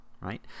right